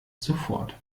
sofort